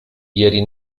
ieri